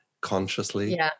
consciously